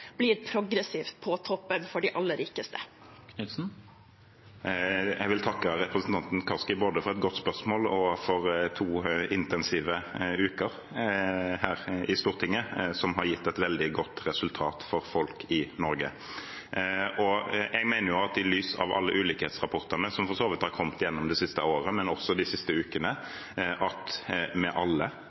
blir progressivt på toppen for de aller rikeste? Jeg vil takke representanten Kaski både for et godt spørsmål og for to intensive uker her i Stortinget, som har gitt et veldig godt resultat for folk i Norge. Jeg mener at i lys av alle ulikhetsrapportene, som for så vidt har kommet gjennom det siste året – men også de siste ukene – må vi alle,